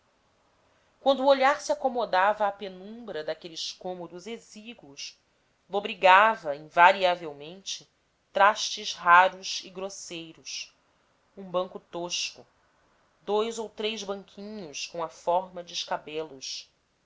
o olhar se acomodava à penumbra daqueles cômodos exíguos lobrigava invariavelmente trastes raros e grosseiros um banco tosco dous ou três banquinhos com a forma de escabelos